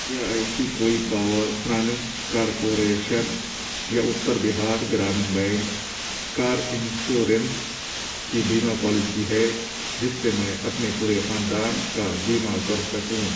کیا ایسی کوئی پاور فنانس کارپوریشن یا Uttar Bihar Gramin bank car insurance کی بیمہ پالیسی ہے جس سے میں اپنے پورے خاندان کا بیمہ کر سکوں